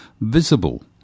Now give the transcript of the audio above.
Visible